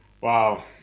Wow